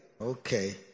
Okay